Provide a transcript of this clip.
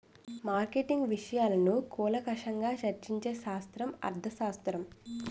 marketing విషయాలను కూలంకషంగా చర్చించే శాస్త్రం అర్థశాస్త్రం